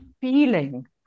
feeling